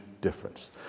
difference